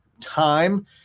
time